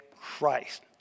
Christ